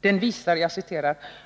Den visar